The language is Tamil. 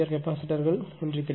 கெப்பாசிட்டர் கிடைக்கும்